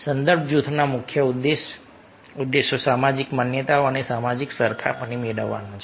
સંદર્ભ જૂથોના મુખ્ય ઉદ્દેશો સામાજિક માન્યતા અને સામાજિક સરખામણી મેળવવાનો છે